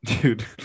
Dude